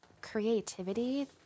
creativity